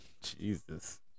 Jesus